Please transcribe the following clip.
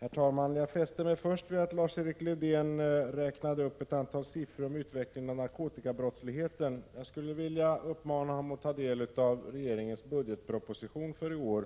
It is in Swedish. Herr talman! Jag fäste mig först vid att Lars-Erik Lövdén lämnade ett antal sifferuppgifter om utvecklingen av narkotikabrottsligheten. Jag skulle vilja uppmana honom att ta del av regeringens budgetproposition för i år,